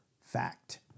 fact